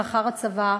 לאחר הצבא,